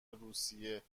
روسیه